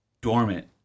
dormant